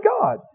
God